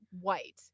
white